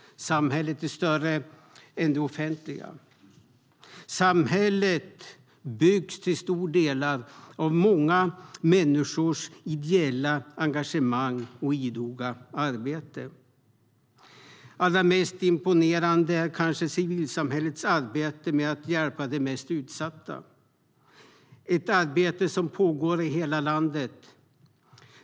Samhället är större än det offentliga. Samhället byggs till stora delar av många människors ideella engagemang och idoga arbete. Allra mest imponerande är kanske civilsamhällets arbete med att hjälpa de mest utsatta. Det är ett arbete som pågår i hela landet.